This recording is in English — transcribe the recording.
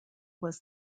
was